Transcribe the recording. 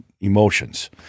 emotions